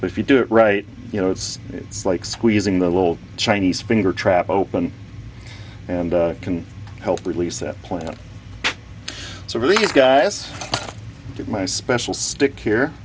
you do it right you know it's it's like squeezing the little chinese finger trap open and can help release that plant sort of these guys with my special stick here